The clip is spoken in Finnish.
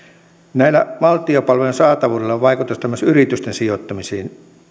näillä valtion palvelujen saatavuudella on vaikutusta myös yritysten sijoittumisiin